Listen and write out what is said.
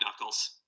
Knuckles